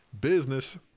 business